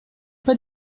pas